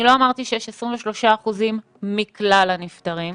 אני לא אמרתי שיש 23% מכלל הנפטרים.